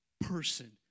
person